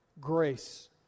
Grace